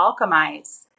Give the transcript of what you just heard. alchemize